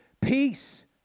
Peace